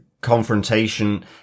confrontation